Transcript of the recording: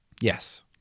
Yes